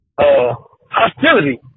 hostility